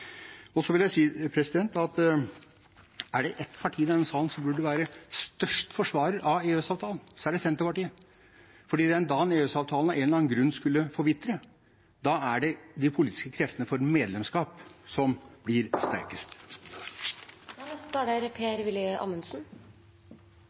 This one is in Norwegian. Og så vil jeg si at er det ett parti i denne salen som burde være den største forsvarer av EØS-avtalen, er det Senterpartiet, for den dagen EØS-avtalen av en eller annen grunn skulle forvitre, da er det de politiske kreftene for medlemskap som blir